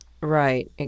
Right